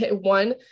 one